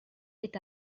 est